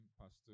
Pastor